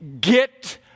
get